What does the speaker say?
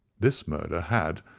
this murder had,